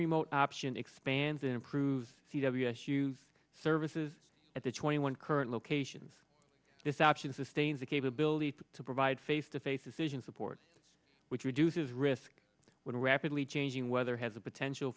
remote option expanding improves w s u services at the twenty one current locations this option sustains the capability to provide face to face decision support which reduces risk when a rapidly changing weather has a potential